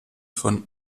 von